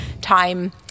time